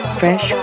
fresh